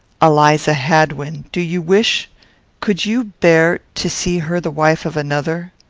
eliza hadwin do you wish could you bear to see her the wife of another?